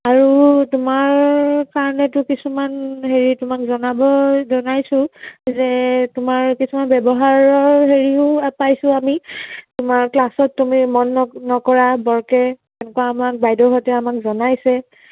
আৰু তোমাৰ কাৰণেটো কিছুমান হেৰি তোমাক জনাব জনাইছোঁ যে তোমাৰ কিছুমান ব্যৱহাৰৰ হেৰিও পাইছোঁ আমি তোমাৰ ক্লাছত তুমি মন ন নকৰা বৰকৈ এনেকুৱা আমাক বাইদেউহঁতে আমাক জনাইছে